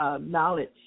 knowledge